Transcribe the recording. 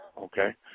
okay